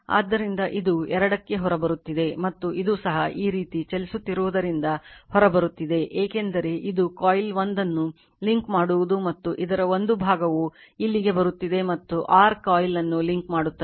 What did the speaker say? ಆದ್ದರಿಂದ ಇದು 2 ಕ್ಕೆ ಹೊರಬರುತ್ತಿದೆ ಮತ್ತು ಇದು ಸಹ ಈ ರೀತಿ ಚಲಿಸುತ್ತಿರುವುದರಿಂದ ಹೊರಬರುತ್ತಿದೆ ಏಕೆಂದರೆ ಇದು ಕಾಯಿಲ್ 1 ಅನ್ನು ಲಿಂಕ್ ಮಾಡುವುದು ಮತ್ತು ಇದರ ಒಂದು ಭಾಗವು ಇಲ್ಲಿಗೆ ಬರುತ್ತಿದೆ ಮತ್ತು r ಕಾಯಿಲ್ ಅನ್ನು ಲಿಂಕ್ ಮಾಡುತ್ತದೆ